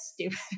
stupid